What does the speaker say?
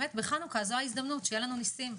עכשיו חנוכה, זאת ההזדמנות שיהיו לנו ניסים.